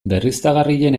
berriztagarrien